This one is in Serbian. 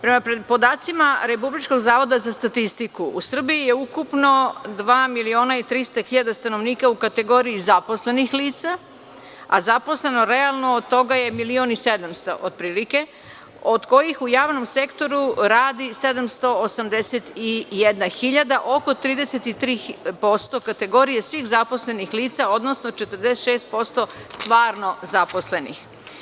Prema podacima Republičkog zavoda za statistiku, u Srbiji je ukupno 2 miliona i 300 hiljada stanovnika u kategoriji zaposlenih lica, a zaposleno realno od toga je milion i 700 hiljada otprilike, od kojih u javnom sektoru radi 781 hiljada, oko 33% kategorije svih zaposlenih lica, odnosno 46% stvarno zaposlenih.